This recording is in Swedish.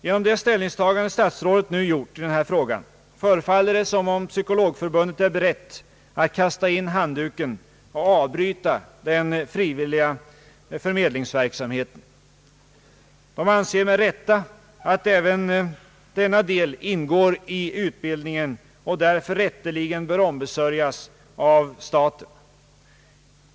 Genom det ställningstagande statsrådet nu gjort i denna fråga förefaller det som om psykologförbundet är berett att kasta in handduken och avbryta den frivilliga förmedlingsverksamheten. Förbundet anser med rätta att även denna del ingår i utbildningen och därför rätteligen bör ombesörjas av staten.